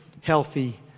healthy